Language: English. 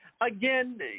Again